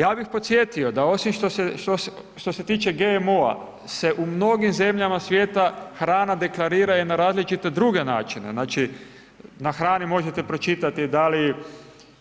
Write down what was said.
Ja bih podsjetio da osim što se tiče GMO-a se u mnogim zemljama svijeta hrana deklarira i na različite druge načine, znači na hrani možete pročitati da li